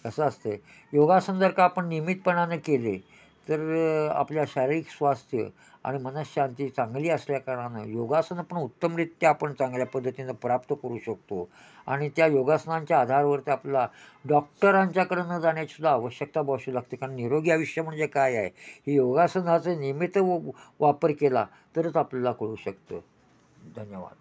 अस असतं आहे योगासन जर का आपण नियमितपणाने केले तर आपल्या शारीरिक स्वास्थ्य आणि मनःशांती चांगली असल्या कारणानं योगासनं पण उत्तमरित्या आपण चांगल्या पद्धतीनं प्राप्त करू शकतो आणि त्या योगासनांच्या आधारवरती आपल्याला डॉक्टरांच्याकड न जाण्याची सुद्धा आवश्यकता भासू लागते कारण निरोगी आयुष्य म्हणजे काय आय हे योगासनाचं नियमित व वापर केला तरच आपल्याला कळू शकतं धन्यवाद